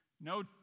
No